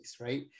right